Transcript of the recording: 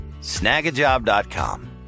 snagajob.com